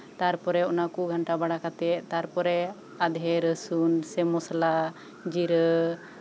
ᱛᱟᱨᱯᱚᱨᱮ ᱚᱱᱟ ᱠᱚ ᱜᱷᱟᱱᱴᱟ ᱵᱟᱲᱟ ᱠᱟᱛᱮ ᱛᱟᱯᱚᱨᱮ ᱟᱫᱟ ᱨᱟᱥᱩᱱ ᱥᱮ ᱢᱚᱥᱞᱟ ᱥᱮ ᱡᱤᱨᱟᱹ